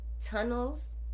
tunnels